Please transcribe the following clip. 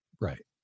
Right